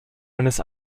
eines